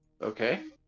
Okay